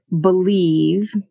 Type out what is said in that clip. believe